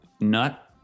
nut